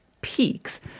peaks